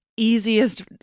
easiest